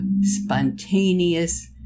spontaneous